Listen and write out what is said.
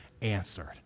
answered